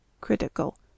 Critical